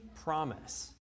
promise